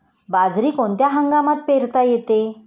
बाजरी कोणत्या हंगामात पेरता येते?